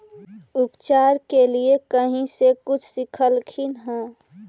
उपचार के लीये कहीं से कुछ सिखलखिन हा?